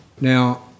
Now